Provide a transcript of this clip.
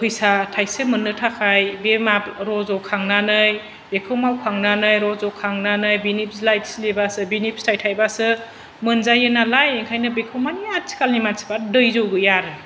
फैसा थाइसे मोननो थाखाय बे मा रज'खांनानै बेखौ मावखांनानै रज'खांनानै बिनि बिलाइ खिलिबासो बिनि फिथाइ थाइबासो मोनजायो नालाय ओंखायनो बेखौ मानि आथिखालनि मानसिफ्रा दैज' गैया